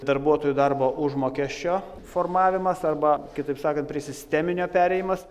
darbuotojų darbo užmokesčio formavimas arba kitaip sakant prie sisteminio perėjimas